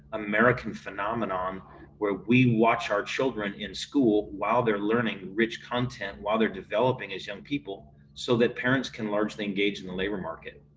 american phenomenon where we watch our children in school while they're learning rich content while they're developing as young people so that parents can largely engage in the labor market.